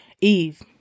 Eve